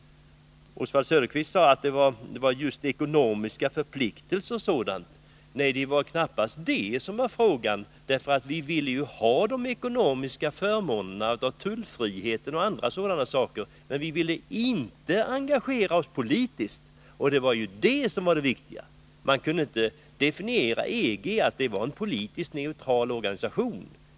Oswald Söderqvist sade att det då handlade om ekonomiska förpliktelser, men det var knappast det frågan gällde. Vi ville ha de ekonomiska förmånerna av tullfrihet och annat sådant, men det viktiga var att vi inte ville engagera oss politiskt. Man kunde inte definiera EG som en politiskt neutral organisation.